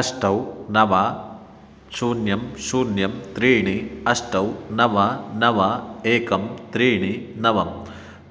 अष्ट नव शून्यं शून्यं त्रीणि अष्ट नव नव एकं त्रीणि नव